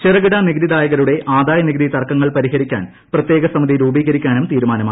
ചെറുകിട നികുതിദായകരുടെ ആദായ നികുതി തർക്കങ്ങൾ പരിഹരിക്കാൻ പ്രത്യേക സമിതി രൂപീകരിക്കാനും തീരുമാനമായി